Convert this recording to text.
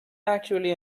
actually